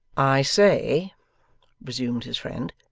i say resumed his friend,